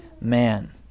man